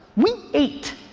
we ate.